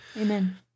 Amen